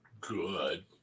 good